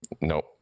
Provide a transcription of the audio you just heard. no